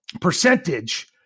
percentage